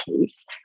case